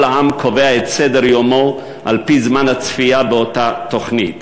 העם קובע את סדר-יומו על-פי זמן הצפייה באותה תוכנית.